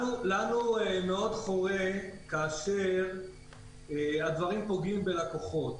לנו מאוד חורה כאשר הדברים פוגעים בלקוחות.